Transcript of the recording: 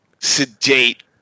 sedate